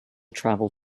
travel